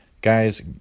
Guys